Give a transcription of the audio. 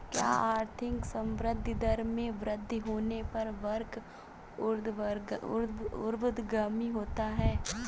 क्या आर्थिक संवृद्धि दर में वृद्धि होने पर वक्र ऊर्ध्वगामी होता है?